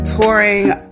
touring